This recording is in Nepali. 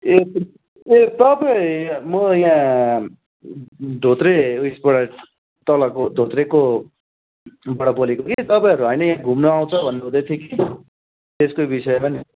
ए ए तपाईँ म यहाँ धोत्रे उइसबाट तलको धोत्रेको बाट बोलेको कि तपाईँहरू होइन यहाँ घुम्नु आउँछ भन्नुहुँदै थियो कि त्यसको विषयमा नि